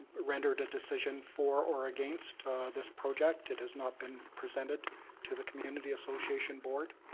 rendered a decision for or against this project. it has not been presented to the community association board.